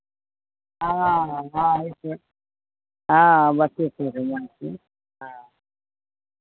हाँ हाँ अऽ बच्चेके हँ